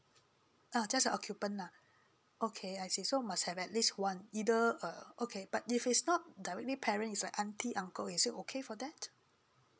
ah just a occupant lah okay I see so must have at least one either err okay but if it's not directly parent is like aunty uncle is it okay for that